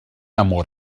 amor